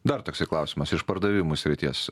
dar toksai klausimas iš pardavimų srities